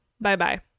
Bye-bye